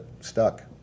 stuck